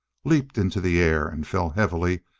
leaped into the air, and fell heavily,